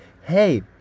hey